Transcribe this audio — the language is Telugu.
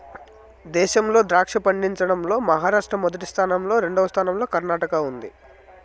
దేశంలో ద్రాక్ష పండించడం లో మహారాష్ట్ర మొదటి స్థానం లో, రెండవ స్థానం లో కర్ణాటక ఉంది